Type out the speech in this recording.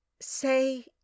say